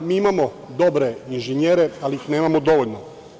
Mi imamo dobre inženjere, ali ih nemamo dovoljno.